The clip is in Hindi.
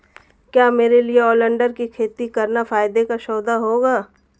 क्या मेरे लिए ओलियंडर की खेती करना फायदे का सौदा होगा?